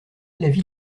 l’avis